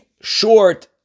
short